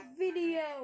video